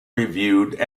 reviewed